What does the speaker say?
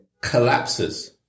collapses